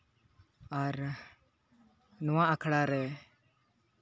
ᱟᱨ ᱱᱚᱣᱟ ᱟᱠᱷᱲᱟ ᱨᱮ